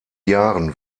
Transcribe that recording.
jahren